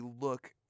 look